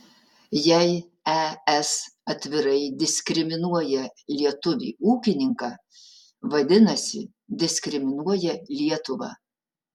jei es atvirai diskriminuoja lietuvį ūkininką vadinasi diskriminuoja lietuvą